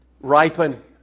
ripen